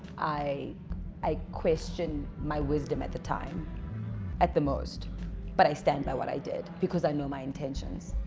i i question my wisdom at the time at the most but i stand by what i did because i know my intentions.